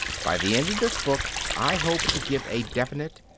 by the end of this book i hope to give a definite,